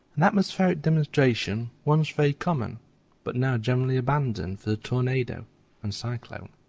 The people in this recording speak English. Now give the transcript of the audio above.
an atmospheric demonstration once very common but now generally abandoned for the tornado and cyclone.